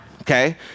okay